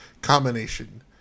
combination